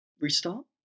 restart